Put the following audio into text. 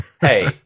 Hey